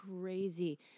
crazy